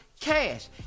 cash